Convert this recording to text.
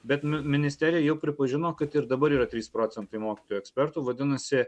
bet nu ministerija jau pripažino kad ir dabar yra trys procentai mokytojų ekspertų vadinasi